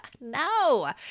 No